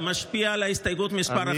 זה משפיע על ההסתייגות מס' 1,